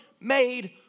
made